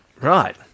Right